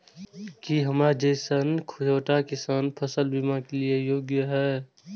की हमर जैसन छोटा किसान फसल बीमा के लिये योग्य हय?